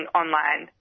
online